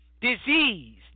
disease